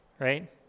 right